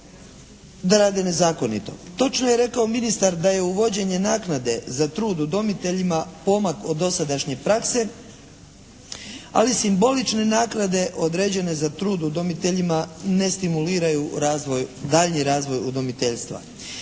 da rade nezakonito. Točno je rekao ministar da je uvođenje naknade za trud udomiteljima pomak od dosadašnje prakse ali simbolične naknade određene za trud udomiteljima ne stimuliraju daljnji razvoj udomiteljstva.